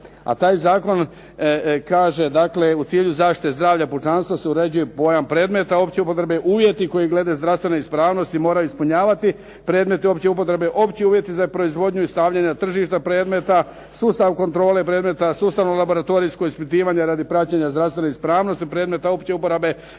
A taj zakon kaže dakle u cilju zaštite zdravlja pučanstva se uređuje pojam predmeta opće upotrebe, uvjeti koji glede zdravstvene ispravnosti moraju ispunjavati, predmeti opće upotrebe opći uvjeti za proizvodnju i stavljanja na tržište predmeta, sustav kontrole predmeta, sustavno laboratorijsko ispitivanje radi praćenja zdravstvene ispravnosti, predmeta opće uporabe, prava